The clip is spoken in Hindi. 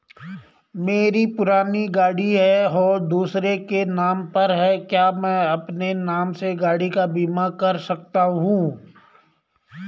मेरी पुरानी गाड़ी है और दूसरे के नाम पर है क्या मैं अपने नाम से गाड़ी का बीमा कर सकता हूँ?